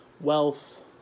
wealth